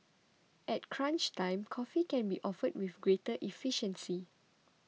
at crunch time coffee can be offered with greater efficiency